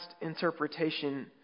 interpretation